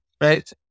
right